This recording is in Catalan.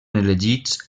elegits